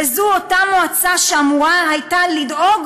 וזו אותה מועצה שאמורה הייתה לדאוג